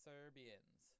Serbians